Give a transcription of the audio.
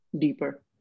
deeper